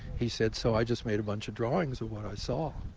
he said, so i just made a bunch of drawings of what i saw.